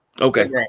Okay